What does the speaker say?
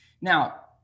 Now